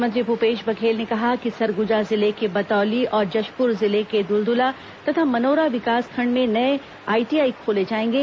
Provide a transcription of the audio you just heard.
मुख्यमंत्री भूपेश बघेल ने कहा कि सरगुजा जिले के बतौली और जशपुर जिले के दुलदुला तथा मनोरा विकासखंड में नए आईटीआई खोले जाएंगे